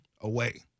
away